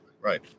Right